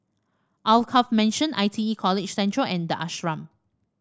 Alkaff Mansion I T E College Central and the Ashram